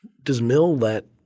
does mill let,